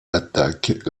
attaquent